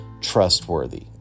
trustworthy